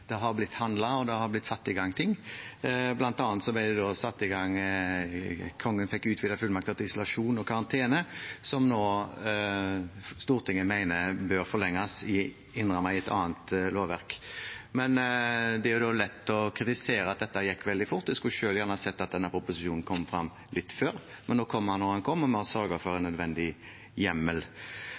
det har blitt handlet og det har blitt satt i gang ting. Blant annet fikk Kongen utvidede fullmakter til å pålegge isolasjon og karantene, som Stortinget nå mener bør forlenges, innrammet i et annet lovverk. Det er lett å kritisere at dette gikk veldig fort, jeg skulle selv gjerne sett at denne proposisjonen kom litt før, men nå kom den da den kom, og vi har sørget for en nødvendig hjemmel.